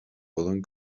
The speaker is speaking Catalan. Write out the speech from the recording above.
poden